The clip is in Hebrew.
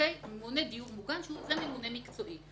דיור מוגן, שזה ממונה מקצועי.